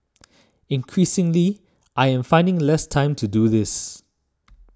increasingly I am finding less time to do this